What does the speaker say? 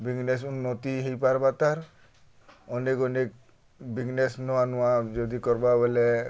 business ଉନ୍ନତି ହେଇପାର୍ବା ତା'ର୍ ଅନେକ୍ ଅନେକ୍ ବିଜ୍ନେସ୍ ନୂଆ ନୂଆ ଯଦି କର୍ବା ବେଲେ